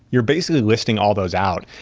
you're basically listing all those out.